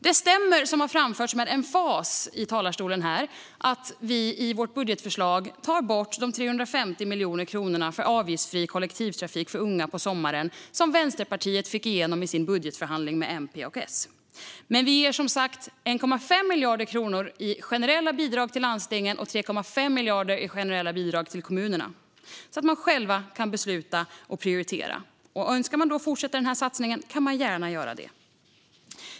Det stämmer, som har framförts med emfas från talarstolen, att vi i vårt budgetförslag tar bort 350 miljoner kronor för avgiftsfri kollektivtrafik för unga på sommaren, som Vänsterpartiet fick igenom i sin budgetförhandling med MP och S. Men vi ger 1,5 miljarder kronor till landstingen i generella bidrag. Vi ger också 3,5 miljarder i generella bidrag till kommunerna så att de själva kan besluta om prioriteringar. Önskar man då fortsätta med satsningen på gratis kollektivtrafik för unga kan man gärna göra det.